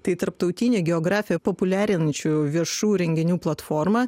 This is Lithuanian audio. tai tarptautinė geografija populiarinančiųjų viešų renginių platforma